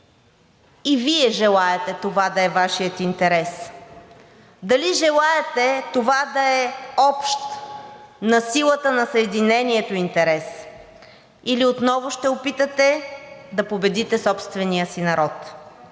и Вие желаете това да е Вашият интерес, дали желаете това да е общ на силата на съединението интерес, или отново ще опитате да победите собствения си народ.